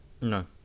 No